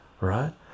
right